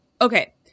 Okay